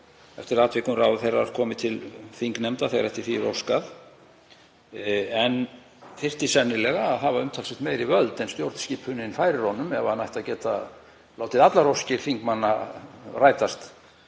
eftir atvikum að ráðherrar komi til þingnefnda þegar eftir því er óskað en þyrfti sennilega að hafa umtalsvert meiri völd en stjórnskipunin færir honum ef hann ætti að geta látið allar óskir þingmanna rætast